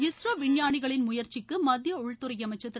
இஸ்ரோ விஞ்ஞானிகளின் முயற்சிக்கு மத்திய உள்துறை அமைச்சர் திரு